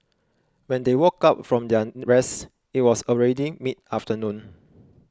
when they woke up from their rest it was already mid afternoon